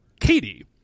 Katie